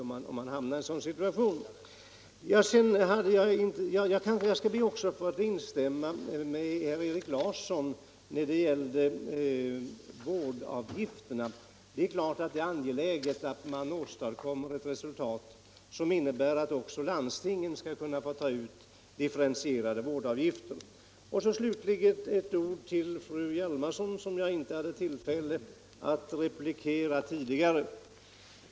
Jag skall också be att få instämma med herr Erik Larsson i Öskevik när det gäller vårdavgifterna. Det är naturligtvis angeläget att åstadkomma ett resultat som innebär att också landstingen skall kunna få ta ut differentierade vårdavgifter. Slutligen ett ord till fru Hjalmarsson, som jag inte hade tillfälle att replikera tidigare.